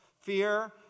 Fear